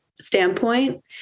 standpoint